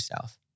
south